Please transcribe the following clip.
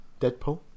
Deadpool